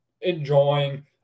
enjoying